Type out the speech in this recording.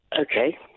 Okay